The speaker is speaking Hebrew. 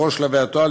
בכל שלבי התואר,